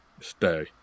stay